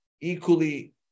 equally